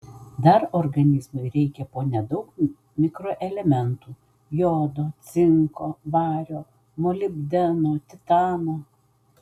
dar organizmui reikia po nedaug mikroelementų jodo cinko vario molibdeno titano